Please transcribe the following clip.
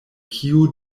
kiu